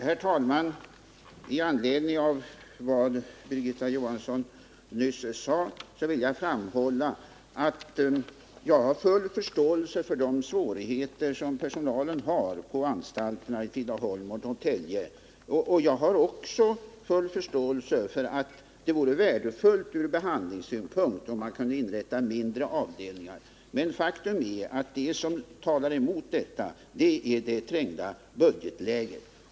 Herr talman! Med anledning av vad Birgitta Johansson nyss sade vill jag framhålla att jag hyser full förståelse för de svårigheter som personalen har på anstalterna i Tidaholm och Norrtälje. Jag hyser också full förståelse för att det vore värdefullt från behandlingssynpunkt om man kunde inrätta mindre avdelningar, men faktum är att det som talar emot detta är det trängda budgetläget.